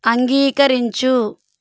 అంగీకరించు